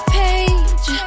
page